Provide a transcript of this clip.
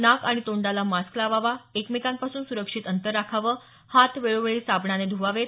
नाक आणि तोंडाला मास्क लावावा एकमेकांपासून सुरक्षित अंतर राखावं हात वेळोवेळी साबणाने ध्वावेत